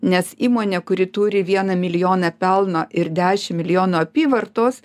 nes įmonė kuri turi vieną milijoną pelno ir dešim milijonų apyvartos